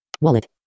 Wallet